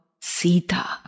Sita